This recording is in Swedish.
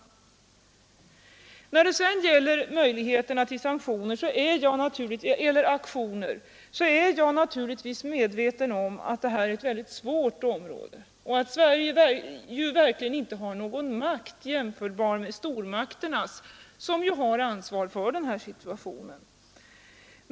När det gäller möjligheterna till aktioner är jag naturligtvis medveten om att detta är ett väldigt svårt område och att Sverige verkligen inte har någon makt jämförbar med stormakternas, som ju har ansvaret för den här situationen.